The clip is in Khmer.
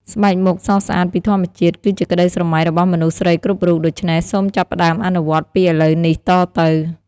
ស្បែកមុខសស្អាតពីធម្មជាតិ គឺជាក្តីស្រមៃរបស់មនុស្សស្រីគ្រប់រូប ដូច្នេះសូមចាប់ផ្តើមអនុវត្តពីឥឡូវនេះទៅ។